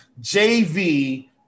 JV